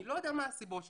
אני לא יודע מה הסיבות לכך,